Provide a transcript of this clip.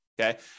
Okay